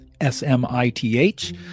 S-M-I-T-H